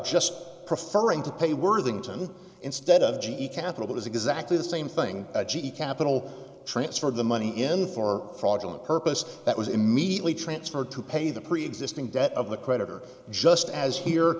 just prefer him to pay worthington instead of g e capital that is exactly the same thing g e capital transferred the money in for fraudulent purpose that was immediately transferred to pay the preexisting debt of the creditor just as here